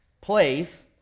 place